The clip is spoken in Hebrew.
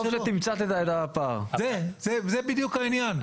זה בדיוק העניין,